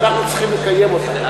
ואנחנו צריכים לקיים אותה.